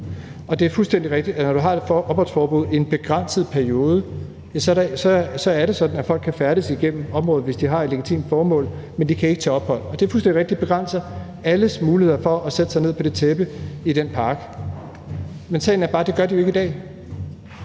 jo. Det er fuldstændig rigtigt, at når du har et opholdsforbud i en begrænset periode, er det sådan, at folk kan færdes igennem området, hvis de har et legitimt formål, men de kan ikke tage ophold. Og det er fuldstændig rigtigt, at det begrænser alles muligheder for at sætte sig ned på det tæppe i den park. Men sagen er bare, at det gør de jo ikke i dag.